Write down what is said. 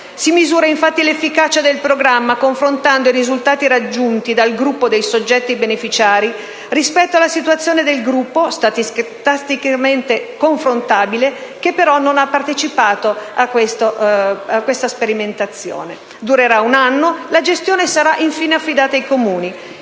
si misura l'efficacia del programma confrontando i risultati raggiunti dal gruppo dei soggetti beneficiari rispetto alla situazione del gruppo, statisticamente confrontabile, che però non ha partecipato a questa sperimentazione. Durerà un anno e la gestione sarà infine affidata ai Comuni.